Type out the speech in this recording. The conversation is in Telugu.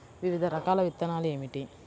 వివిధ రకాల విత్తనాలు ఏమిటి?